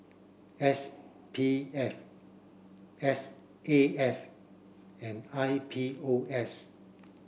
S P F S A F and I P O S